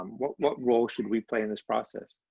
um what what role should we play in this process?